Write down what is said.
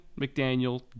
McDaniel